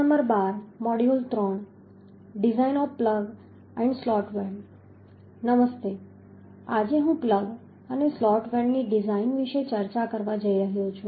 નમસ્તે આજે હું પ્લગ અને સ્લોટ વેલ્ડ ની ડિઝાઇન વિશે ચર્ચા કરવા જઈ રહ્યો છું